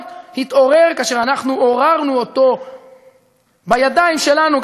התעורר כאשר עוררנו אותו בידיים שלנו,